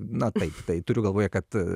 na taip tai turiu galvoje kad